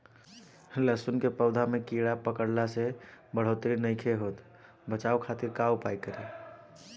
लहसुन के पौधा में कीड़ा पकड़ला से बढ़ोतरी नईखे होत बचाव खातिर का उपाय करी?